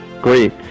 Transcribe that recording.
Great